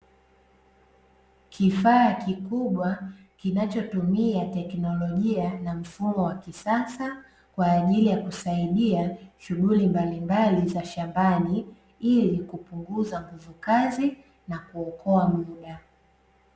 Kifaa kikubwa kinachotumia teknolojia na mfumo wa kisasa kwa ajili ya kusaidia shughuli mbalimbali za shambani ili kupunguza nguvukazi na kuokoa muda.